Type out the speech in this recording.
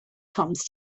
comes